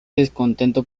descontento